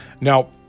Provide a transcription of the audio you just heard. Now